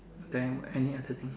then any other thing